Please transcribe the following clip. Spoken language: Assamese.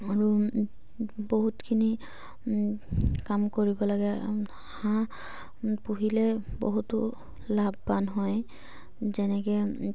আৰু বহুতখিনি কাম কৰিব লাগে হাঁহ পুহিলে বহুতো লাভৱান হয় যেনেকৈ